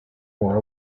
war